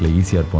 easier